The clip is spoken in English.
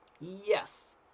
Yes